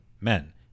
men